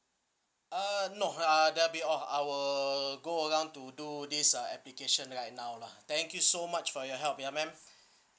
uh no uh that will be all I will go around to do this uh application right now lah thank you so much for your help ya ma'am